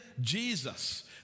Jesus